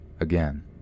again